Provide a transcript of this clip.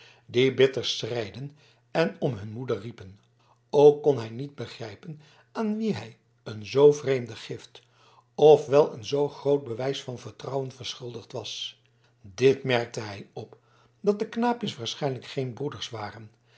bitter schreiden en om hun moeder riepen ook kon hij niet begrijpen aan wien hij een zoo vreemde gift of wel een zoo groot bewijs van vertrouwen verschuldigd was dit merkte hij op dat de knaapjes waarschijnlijk geen broeders waren